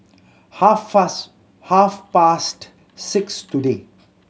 half fast half past six today